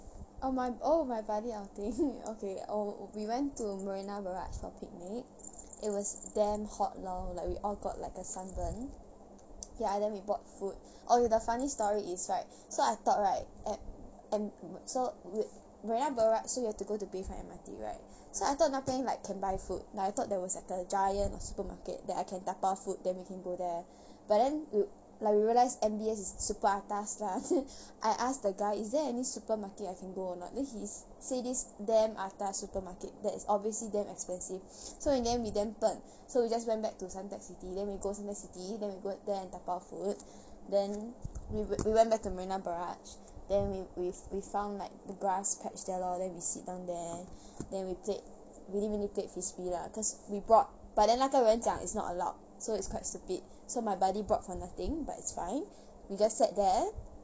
oh my oh my buddy outing okay oh we went to marina barrage for picnic it was damn hot lor like we all got like a sunburn ya and then we bought food orh okay the funny story is right so I thought right at m~ b~ so wer~ marina barrage so you have to go to bayfront M_R_T right so I thought 那边 like can buy food like I thought there was at the Giant supermarket that I can dabao food then we can go there but then wer~ like we realised M_B_S is super atas lah then I ask the guy is there any supermarket I can go or not then he say this damn atas supermarket that is obviously damn expensive so in the end we damn 笨 so we just went back to suntec city then we go suntec city then we go there and dabao food then we we~ we went back to marina barrage then we we've we found like the grass patch there lor then we sit down there then we played we didn't really frisbee lah cause we brought but then 那个人讲 is not allowed so it's quite stupid so my buddy brought for nothing but it's fine we just sat there